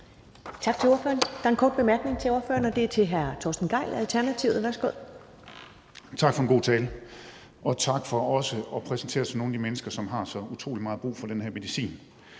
Tak for en god tale, og også tak for at præsentere os for nogle af de mennesker, som har så utrolig meget brug for den her medicin.